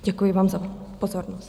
Děkuji vám za pozornost.